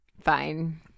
Fine